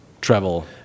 travel